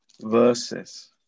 verses